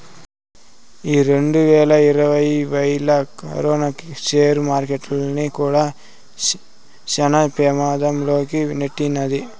ఈ రెండువేల ఇరవైలా కరోనా సేర్ మార్కెట్టుల్ని కూడా శాన పెమాధం లోకి నెట్టినాది